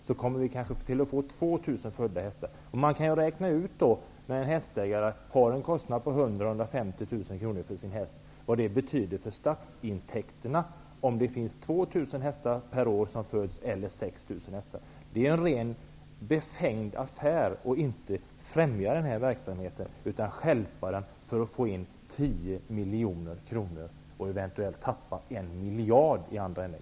Det kommer kanske att födas 2 000 hästar varje år i stället för 5 000-- 150 000 kr för sin häst, kan man räkna ut vad det betyder för statsintäkterna om det föds 2 000 eller 6 000 hästar per år. Det är befängt att man inte främjar denna verksamhet utan i stället stjälper den för att få in 10 miljoner och kanske förlora 1 miljard i den andra änden.